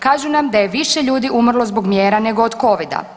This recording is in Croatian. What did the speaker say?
Kažu nam da je više ljudi umrlo zbog mjera nego od covida.